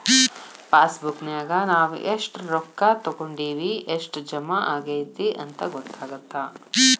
ಪಾಸಬುಕ್ನ್ಯಾಗ ನಾವ ಎಷ್ಟ ರೊಕ್ಕಾ ತೊಕ್ಕೊಂಡಿವಿ ಎಷ್ಟ್ ಜಮಾ ಆಗೈತಿ ಅಂತ ಗೊತ್ತಾಗತ್ತ